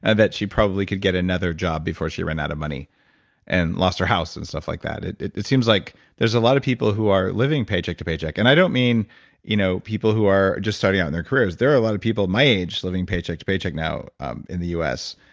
and that she probably could get another job before she ran out of money and lost her house and stuff like that. it it seems like there's a lot of people who are living paycheck to paycheck and i don't mean you know people who are just starting out in their careers. there are a lot of people my age living paycheck to paycheck now in the us,